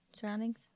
surroundings